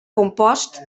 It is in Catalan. composts